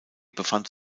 befand